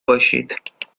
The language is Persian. باشید